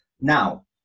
Now